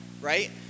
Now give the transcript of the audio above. right